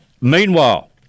Meanwhile